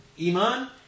Iman